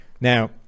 Now